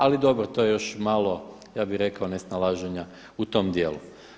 Ali dobro, to je još malo ja bih rekao nesnalaženja u tome dijelu.